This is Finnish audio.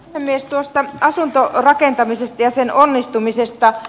tuosta asuntorakentamisesta ja sen onnistumisesta